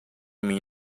mim